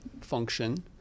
function